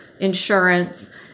insurance